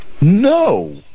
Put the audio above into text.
No